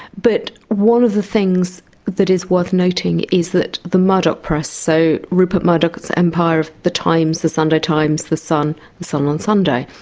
but one of the things that is worth noting is that the murdoch press, so rupert murdoch's empire of the times, the sunday times, the sun, the sun on sunday,